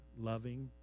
loving